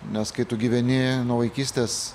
nes kai tu gyveni nuo vaikystės